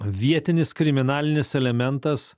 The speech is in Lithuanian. vietinis kriminalinis elementas